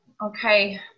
Okay